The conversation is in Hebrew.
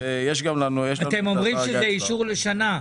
אתם אומרים שזה אישור לשנה.